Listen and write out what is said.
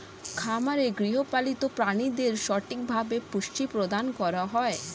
খামারে গৃহপালিত প্রাণীদের সঠিকভাবে পুষ্টি প্রদান করা হয়